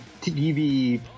TV